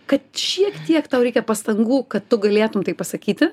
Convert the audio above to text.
kad šiek tiek tau reikia pastangų kad tu galėtum taip pasakyti